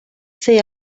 fer